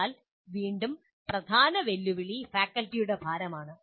എന്നാൽ വീണ്ടും പ്രധാന വെല്ലുവിളി ഫാക്കൽറ്റിയുടെ ഭാരം ആണ്